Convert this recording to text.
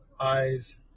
eyes